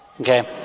Okay